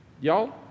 Y'all